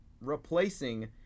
Replacing